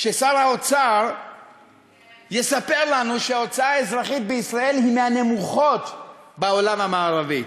ששר האוצר יספר לנו שההוצאה האזרחית בישראל היא מהנמוכות בעולם המערבי.